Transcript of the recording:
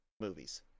movies